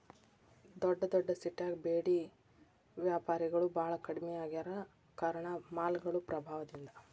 ದೊಡ್ಡದೊಡ್ಡ ಸಿಟ್ಯಾಗ ಬೇಡಿ ವ್ಯಾಪಾರಿಗಳು ಬಾಳ ಕಡ್ಮಿ ಆಗ್ಯಾರ ಕಾರಣ ಮಾಲ್ಗಳು ಪ್ರಭಾವದಿಂದ